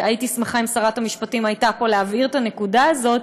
והייתי שמחה אם שרת המשפטים הייתה פה להבהיר את הנקודה הזאת,